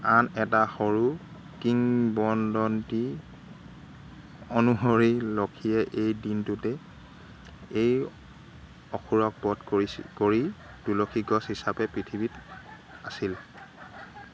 আন এটা সৰু কিংবদন্তী অনুসৰি লক্ষীয়ে এই দিনটোতে এই অসুৰক বধ কৰিছিল কৰি তুলসী গছ হিচাপে পৃথিৱীত আছিল